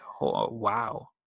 wow